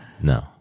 no